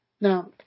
Now